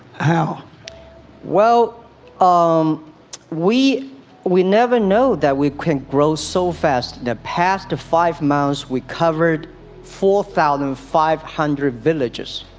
how well um we we never know that we can't grow so fast the path to five miles we covered four thousand five hundred villages